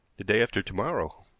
the day after to-morrow.